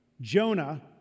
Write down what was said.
Jonah